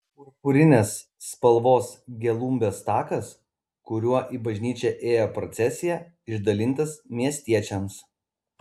purpurinės spalvos gelumbės takas kuriuo į bažnyčią ėjo procesija išdalintas miestiečiams